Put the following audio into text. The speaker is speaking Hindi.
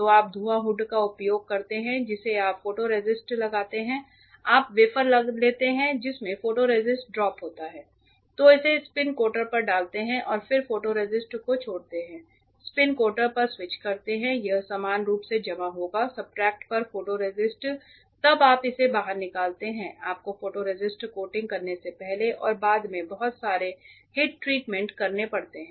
तो आप धुआं हुड का उपयोग करते हैं जिसे आप फोटोरेसिस्ट लगाते हैं आप वेफर लेते हैं जिसमें फोटोरेसिस्ट ड्रॉप होता है आप इसे स्पिन कोटर पर डालते हैं और फिर फोटोरेसिस्ट को छोड़ते हैं स्पिन कोटर पर स्विच करते हैं यह समान रूप से जमा होगा सब्सट्रेट पर फोटोरेसिस्ट तब आप इसे बाहर निकालते हैं आपको फोटोरेसिस्ट कोटिंग करने से पहले और बाद में बहुत सारे हीट ट्रीटमेंट करने पड़ते हैं